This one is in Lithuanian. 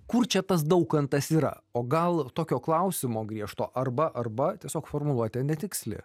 kur čia tas daukantas yra o gal tokio klausimo griežto arba arba tiesiog formuluotė netiksli